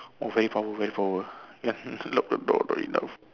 oh very power very power you have to lock the door